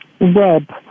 web